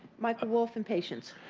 michael wolf, and patients.